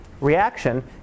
reaction